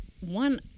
One